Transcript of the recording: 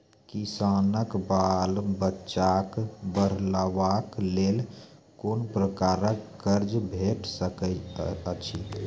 किसानक बाल बच्चाक पढ़वाक लेल कून प्रकारक कर्ज भेट सकैत अछि?